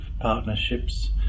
partnerships